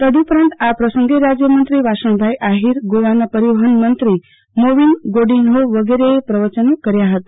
તદઉપરાંત આ પ્રસંગે રાજયમત્રી વાસણભાઈ આહીર ગોવાના પરિવહન મંત્રી મોવીન ગોડીન હો વગેરેએ પ્રવચનો કર્યા હતા